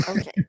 Okay